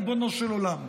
ריבונו של עולם.